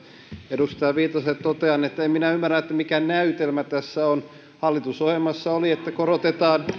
edustaja viitaselle totean että en minä ymmärrä mikä näytelmä tässä on hallitusohjelmassa oli että korotetaan